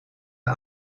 een